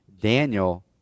Daniel